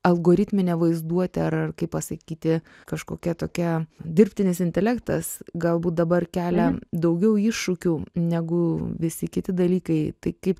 algoritminė vaizduotė ar kaip pasakyti kažkokia tokia dirbtinis intelektas galbūt dabar kelia daugiau iššūkių negu visi kiti dalykai tai kaip